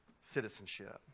citizenship